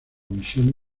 misión